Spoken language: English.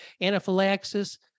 anaphylaxis